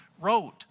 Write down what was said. wrote